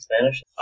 Spanish